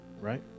right